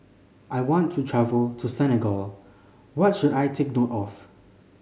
I want to travel to Senegal what should I take note of